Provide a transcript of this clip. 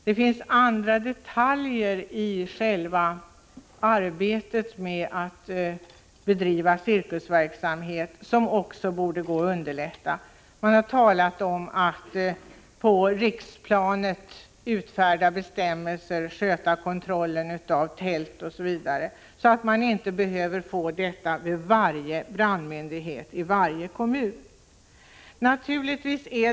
Det finns andra detaljer i själva arbetet med att bedriva cirkusverksamhet som också borde gå att underlätta. Man har talat om att på riksplanet utfärda bestämmelser, sköta kontrollen av tält osv., så att man inte behöver klara av detta hos varje brandmyndighet i varje kommun.